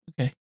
Okay